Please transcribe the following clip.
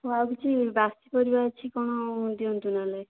ଆଉ କିଛି ବାସି ପରିବା ଅଛି କ'ଣ ଦିଅନ୍ତୁ ନହେଲେ